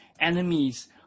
Enemies